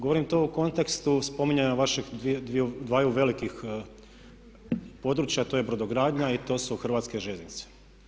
Govorim to u kontekstu spominjanja vaših dvaju velikih područja to je brodogradnja i to su Hrvatske željeznice.